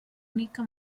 única